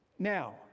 Now